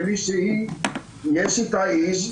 בלי שיש איתה איש,